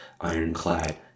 ironclad